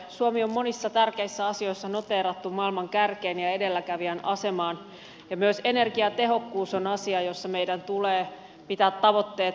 suomi on monissa tärkeissä asioissa noteerattu maailman kärkeen ja edelläkävijän asemaan ja myös energiatehokkuus on asia jossa meidän tulee pitää tavoitteet mitalisijoissa